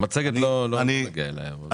אל סוף המצגת לא נגיע היום.